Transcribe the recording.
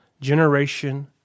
generation